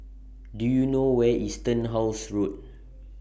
Do YOU know Where IS Turnhouse Road